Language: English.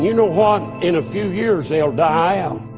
you know what? in a few years, they'll die out